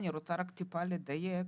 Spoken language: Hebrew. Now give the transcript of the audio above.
אני רוצה טיפה לדייק,